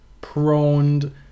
prone